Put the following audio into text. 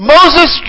Moses